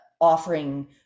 offering